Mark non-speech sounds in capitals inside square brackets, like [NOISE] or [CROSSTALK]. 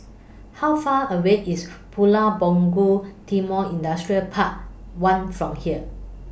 How Far away IS [NOISE] Pulau Punggol Timor Industrial Park one from here